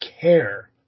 care